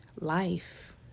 life